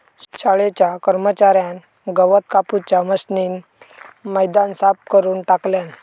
शाळेच्या कर्मच्यार्यान गवत कापूच्या मशीनीन मैदान साफ करून टाकल्यान